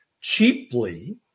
cheaply